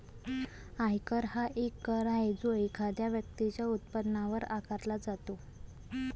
आयकर हा एक कर आहे जो एखाद्या व्यक्तीच्या उत्पन्नावर आकारला जातो